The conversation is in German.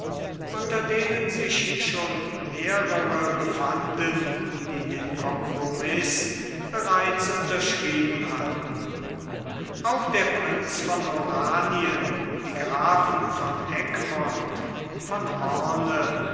unter denen sich schon mehrere befanden die den compromiß bereits unterschrieben hatten auch der prinz von oranien die grafen von egmont von hoorn